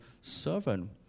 servant